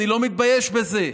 אני לא מתבייש בזה.